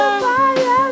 fire